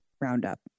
roundup